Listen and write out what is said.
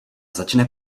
začne